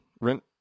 rent